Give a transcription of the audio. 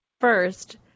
first